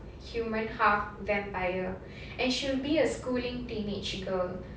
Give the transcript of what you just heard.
human half vampire and she'll be a schooling teenage girl